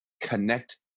connect